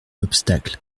obstacle